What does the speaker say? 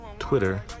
Twitter